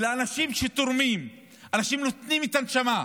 ואנשים שתורמים, אנשים שנותנים את הנשמה,